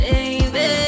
Baby